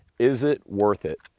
is it worth it?